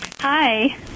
hi